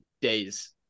days